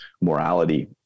morality